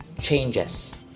Changes